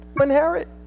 Inherit